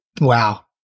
Wow